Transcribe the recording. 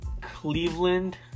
Cleveland